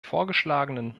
vorgeschlagenen